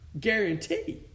guarantee